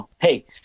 hey